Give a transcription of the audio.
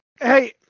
Hey